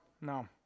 no